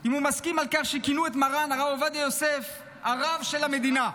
אם הוא מסכים עם כך שכינו את מרן הרב עובדיה יוסף "הרב של המדינה",